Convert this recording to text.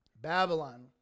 Babylon